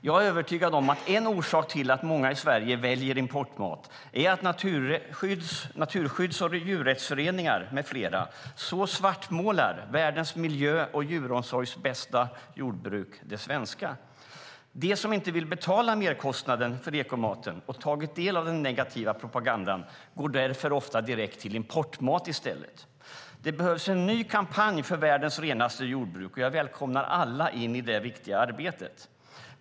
Jag är övertygad om att en orsak till att många i Sverige väljer importmat är att naturskydds och djurrättsföreningar med flera svartmålar världens miljö och djuromsorgsmässigt bästa jordbruk - det svenska. De som inte vill betala merkostnaden för ekomaten och har tagit del av den negativa propagandan går därför ofta direkt till importmat i stället. Det behövs en ny kampanj för världens renaste jordbruk, och jag välkomnar alla in i det viktiga arbetet.